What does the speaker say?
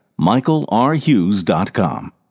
michaelrhughes.com